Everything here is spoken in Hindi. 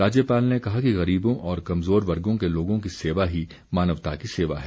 राज्यपाल ने कहा कि गरीबों और कमज़ोर वर्गों के लोगों की सेवा ही मानवता की सेवा है